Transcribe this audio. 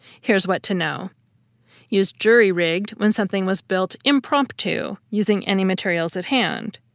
here's what to know use jury-rigged when something was built impromptu, using any materials at hand.